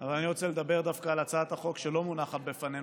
אבל אני רוצה לדבר דווקא על הצעת החוק שלא מונחת בפנינו,